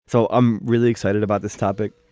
so i'm really excited about this topic,